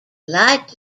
light